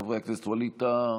חבר הכנסת ווליד טאהא,